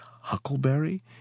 Huckleberry